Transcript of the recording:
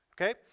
okay